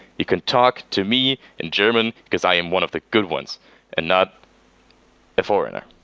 you can talk to me in german because i am one of the good ones and not a foreigner